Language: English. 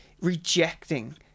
rejecting